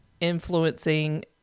influencing